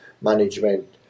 Management